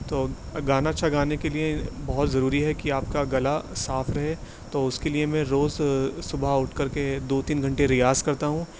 تو گانا اچھا گانے کے لیے بہت ضروری ہے کہ آپ کا گلا صاف رہے تو اس کے لیے میں روز صبح اٹھ کر کے دو تین گھنٹے ریاز کرتا ہوں